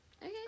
Okay